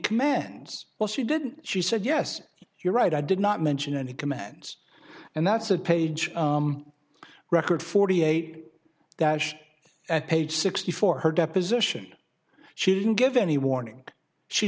commands well she didn't she said yes you're right i did not mention any commands and that's a page record forty eight page sixty four her deposition she didn't give any warning she